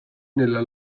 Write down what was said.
nella